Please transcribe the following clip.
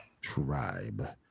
Tribe